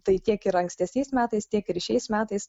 tai tiek ir ankstesniais metais tiek ir šiais metais